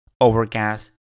Overcast